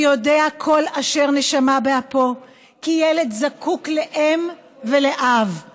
ויודע כל אשר נשמה באפו כי ילד זקוק לאם ולאב.